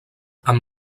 amb